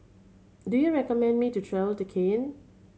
do you recommend me to travel to Cayenne